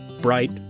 bright